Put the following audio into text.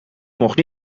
mocht